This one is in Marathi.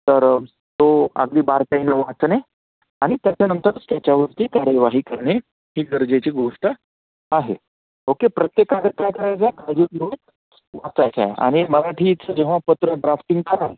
तर तो आगदी बारकाईनं वाचणे आणि त्याच्यानंतरच त्याच्यावरती कार्यवाही करणे ही गरजेची गोष्ट आहे ओके प्रत्येक कागद काय करायचा काळजीपूर्वक वाचायचा आहे आणि मराठीचं जेव्हा पत्र ड्राफ्टिंग कराल